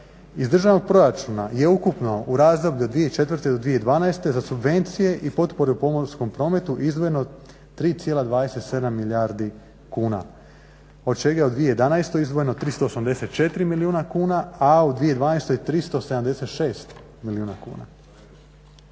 Iz državnog proračuna je ukupno u razdoblju od 2004. do 2012. za subvencije i potpore u pomorskom prometu izdvojeno 3,27 milijardi kuna od čega je u 2011. izdvojeno 384 milijuna kuna, a u 2012. 376 milijuna kuna.